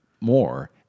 more